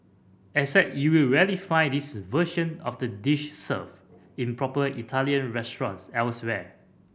except you'll rarely find this version of the dish served in proper Italian restaurants elsewhere